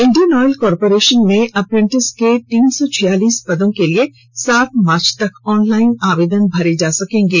Indian oil corporation में apprentice के तीन सौ छियालीस पदों के लिए सात मार्च तक ऑनलाइन आवेदन भरे जा सकेंगे